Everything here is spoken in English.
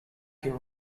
your